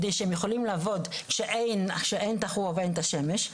על מנת שהם יוכלו לעבוד כשאין את הרוח ואין את השמש.